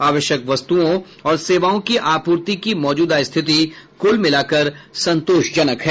आवश्यक वस्तुओं और सेवाओं की आपूर्ति की मौजूदा स्थिति कुल मिलाकर संतोषजनक है